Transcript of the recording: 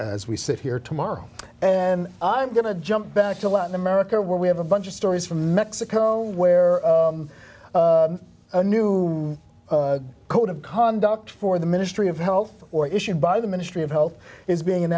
as we sit here tomorrow and i'm going to jump back to latin america where we have a bunch of stories from mexico where a new code of conduct for the ministry of health or issued by the ministry of health is being